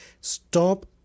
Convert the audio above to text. stop